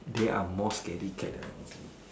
they are more scary cat then I think